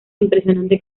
impresionante